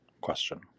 question